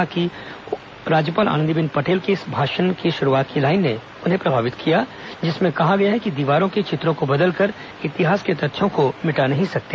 उन्होंने कहा कि राज्यपाल आनंदीबेन पटेल के इस अभिभाषण की शुरुवात की लाइन ने उन्हें प्रभावित किया जिसमे कहा गया है कि दीवारों के चित्रों को बदलकर इतिहास के तथ्यों को मिटा नही सकते